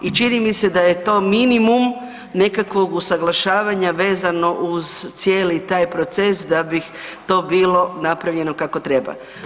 I čini mi se da je to minimum nekakvog usaglašavanja vezano uz cijeli taj proces da bi to bilo napravljeno kako treba.